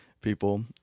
people